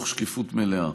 בשקיפות מלאה.